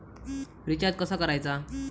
Recharge कसा करायचा?